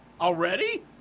Already